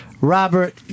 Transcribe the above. Robert